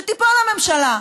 שתיפול הממשלה.